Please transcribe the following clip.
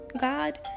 God